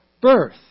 birth